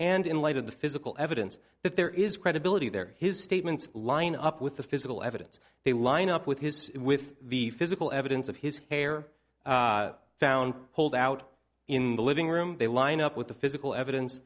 and in light of the physical evidence that there is credibility there his statements line up with the physical evidence they line up with his with the physical evidence of his hair found pulled out in the living room they line up with the physical evidence